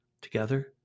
together